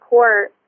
Court